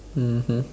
mmhmm